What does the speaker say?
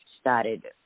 started